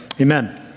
Amen